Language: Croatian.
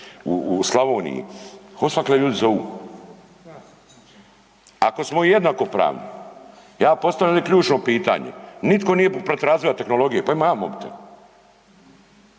u Slavoniji odsvakle ljudi zovu. Ako smo jednako pravni, ja ovdje postavljam ključno pitanje, nitko nije protiv razvoja tehnologije, pa imam ja